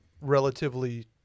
relatively